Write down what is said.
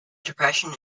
depression